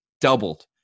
doubled